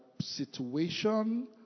situation